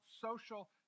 social